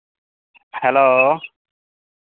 hello